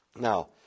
Now